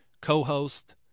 co-host